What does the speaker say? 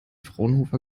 fraunhofer